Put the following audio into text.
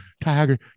tiger